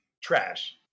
Trash